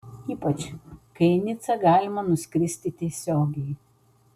ypač kai į nicą galima nuskristi tiesiogiai